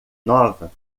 nova